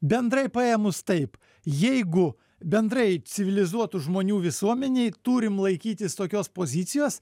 bendrai paėmus taip jeigu bendrai civilizuotų žmonių visuomenėj turim laikytis tokios pozicijos